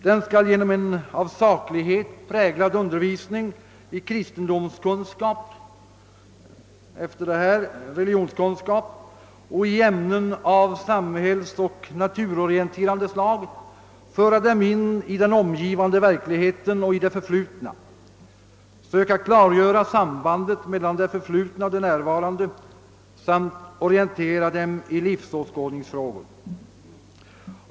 Den skall genom en av saklighet präglad undervisning i kristendomskunskap» efter beslutet här religionskunskap — »och i ämnen av samhällsoch naturorienterande slag föra dem in i den omgivande verkligheten och i det förflutna, söka klargöra sambandet mellan det förflutna och det närvarande samt orientera dem i livsåskådningsfrågor.